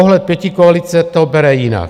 Pohled pětikoalice to bere jinak.